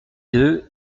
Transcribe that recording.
deux